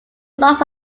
loss